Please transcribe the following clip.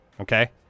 Okay